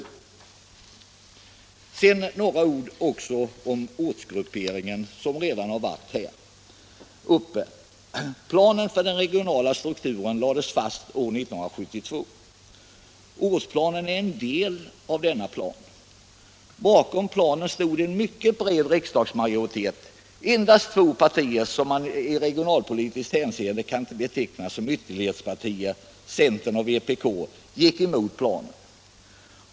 Sedan några ord om ortsgrupperingen, som redan varit uppe i diskussionen. Planen för den regionala strukturen lades fast år 1972. Ortsplanen är en del av denna plan. Bakom planen stod en mycket bred riksdagsmajoritet. Endast två partier, som man i regionalpolitiskt hänseende kan beteckna som ytterlighetspartier — centern och vpk —, gick emot planen.